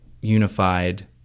unified